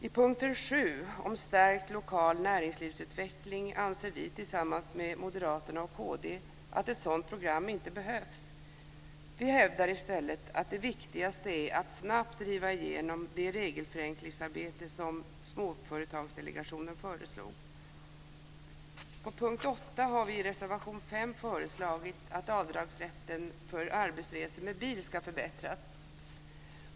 I punkten 7 om stärkt lokal näringslivsutveckling anser vi, tillsammans med Moderaterna och kd, att ett sådant program inte behövs. Vi hävdar i stället att det viktigaste är att snabbt driva igenom det regelförenklingsarbete som Småföretagsdelegationen föreslog. På punkt 8 har vi i reservation 5 föreslagit att avdragsrätten för arbetsresor med bil ska förbättras.